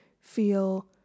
feel